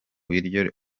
ibiryo